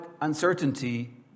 uncertainty